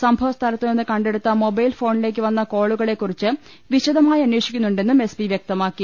സംഭവസ്ഥലത്തു നിന്ന് കണ്ടെടുത്ത മൊബൈൽ ഫോണിലേ ക്ക് വന്ന കോളുകളെ കുറിച്ച് വിശദമായി അന്വേഷിക്കുന്നു ണ്ടെന്നും എസ് പി വ്യക്തമാക്കി